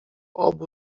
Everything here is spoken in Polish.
obu